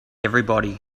everybody